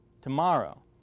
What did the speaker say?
tomorrow